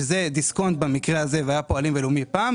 שזה דיסקונט במקרה הזה והיה פעם הלאומי ופועלים,